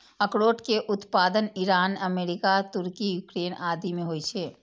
अखरोट के उत्पादन ईरान, अमेरिका, तुर्की, यूक्रेन आदि मे होइ छै